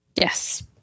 Yes